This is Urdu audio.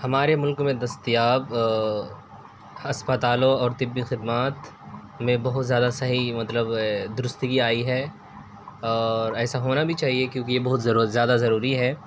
ہمارے ملک میں دستیاب اسپتالوں اور طبی خدمات میں بہت زیادہ صحیح مطلب درستگی آئی ہے اور ایسا ہونا بھی چاہیے کیونکہ یہ بہت زیادہ ضروری ہے